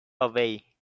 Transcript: away